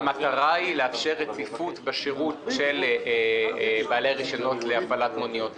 המטרה היא לאפשר רציפות בשירות של בעלי רישיונות להפעלת מוניות השירות.